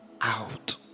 out